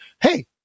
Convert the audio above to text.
hey